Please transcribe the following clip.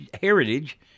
heritage